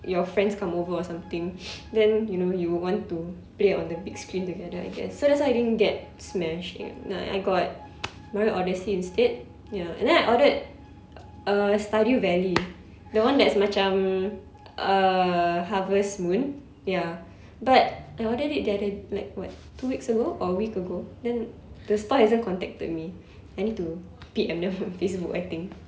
your friends come over or something then you know you would want to play on the big screen together I guess so that's why I didn't get Smash ya I got Mario Odyssey instead ya and then I ordered uh Stardew Valley the one that's macam uh Harvest Moon ya but I ordered it like what two weeks ago or a week ago then the store hasn't contacted me I need to P_M them on Facebook I think